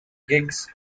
gigs